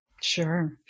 Sure